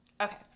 Okay